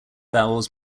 vowels